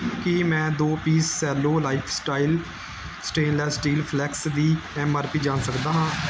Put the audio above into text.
ਕੀ ਮੈਂ ਦੋ piece Cello lifestyle stainless steel flask ਦੀ ਐੱਮ ਆਰ ਪੀ ਜਾਣ ਸਕਦਾ ਹਾਂ